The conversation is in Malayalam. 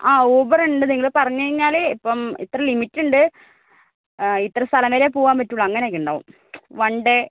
ആ ഊബർ ഉണ്ട് നിങ്ങൾ പറഞ്ഞു കഴിഞ്ഞാൽ ഇപ്പം ഇത്ര ലിമിറ്റുണ്ട് ഇത്ര സ്ഥലം വരെയേ പോകാൻ പറ്റുള്ളൂ അങ്ങനെയൊക്കെ ഉണ്ടാകും വൺ ഡേ